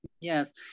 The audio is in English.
Yes